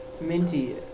Minty